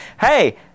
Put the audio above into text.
Hey